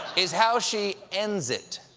is how she ends it.